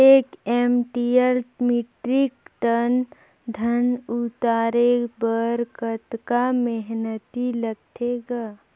एक एम.टी या metric ton धन उतारे बर कतका मेहनती लगथे ग?